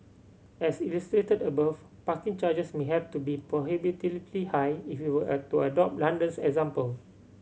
as illustrated above parking charges may have to be prohibitively high if we were a to adopt London's example